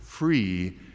free